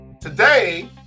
Today